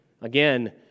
Again